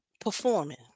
performing